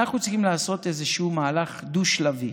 אנחנו צריכים לעשות איזשהו מהלך דו-שלבי.